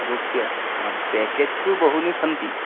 रूप्य package तु बहूनि सन्ति